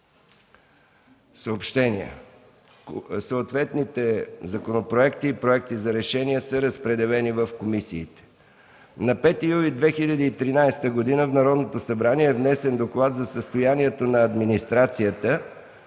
Мерджанов. Съответните законопроекти и проекти за решения са разпределени в комисиите. Съобщения: На 5 юли 2013 г. в Народното събрание е внесен Доклад за състоянието на администрацията